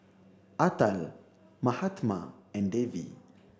Atal Mahatma and Devi